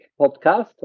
Podcast